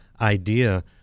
idea